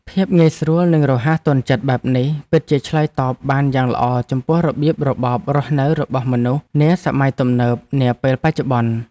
ភាពងាយស្រួលនិងរហ័សទាន់ចិត្តបែបនេះពិតជាឆ្លើយតបបានយ៉ាងល្អចំពោះរបៀបរបបរស់នៅរបស់មនុស្សនាសម័យទំនើបនាពេលបច្ចុប្បន្ន។